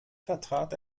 vertrat